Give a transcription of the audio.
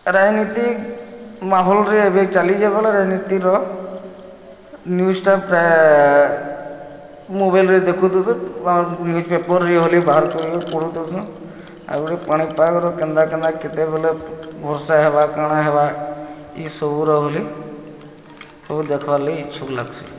ରାଜନୀତି ମାହଲରେ ଏବେ ଚାଲିଛି ରାଜନୀତି ର ନ୍ୟୁଜ୍ଟା ପ୍ରାୟ ମୋବାଇଲ୍ରେ ଦେଖୁ ଥୁସୁ ବା ନ୍ୟୁଜ୍ ପେପର୍ରେ ଗଲେ ବାହାର କରିକି ପଢ଼ୁଥୁସୁ ଆଉ ଗୁଟେ ପାଣି ପାଗ ର କେନ୍ତା କେନ୍ତା କେତେବେଲେ ବର୍ଷା ହେବା କାଣା ହେବା ଏ ସବୁ ର ହେଲେ ସବୁ ଦେଖବାର୍ ଲାଗି ଇଛୁକ ଲାଗ୍ସି